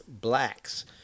blacks